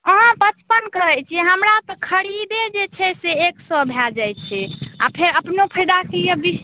हँ पचपन कहै छी हमरा तऽ खरीदे जे छै से एक सए भय जाइ छै आ फेर अपनोके लिए बीस